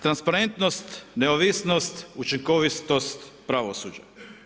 Transparentnost, neovisnost, učinkovitost pravosuđa.